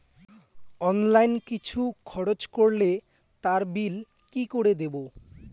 Online কিছু খরচ করলে তার বিল কি করে দেবো?